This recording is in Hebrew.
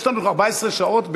יש לנו 14 שעות בערך,